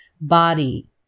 body